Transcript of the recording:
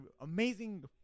amazing